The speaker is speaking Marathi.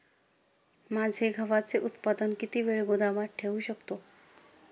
माझे गव्हाचे उत्पादन किती वेळ गोदामात ठेवू शकतो?